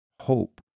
hope